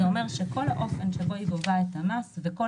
זה אומר שכל האופן שבו היא גובה את המס וכל